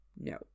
No